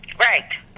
Right